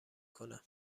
کنم